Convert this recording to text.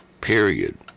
Period